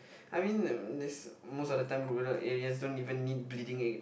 I mean this most of the time rural areas don't even need bleeding